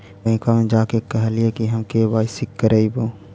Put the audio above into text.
बैंकवा मे जा के कहलिऐ कि हम के.वाई.सी करईवो?